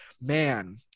man